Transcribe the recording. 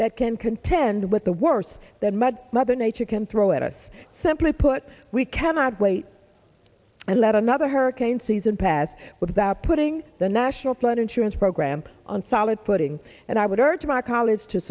that can contend with the worse that mud mother nature can throw at us simply put we cannot wait and let another hurricane season pass without putting the national flood insurance program on solid footing and i would urge my colleagues to